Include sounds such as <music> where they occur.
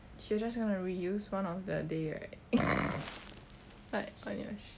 you just gonna reuse one of the day right <laughs>